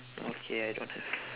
okay I don't have